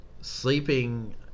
sleeping